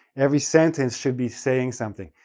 every sentence should be saying something,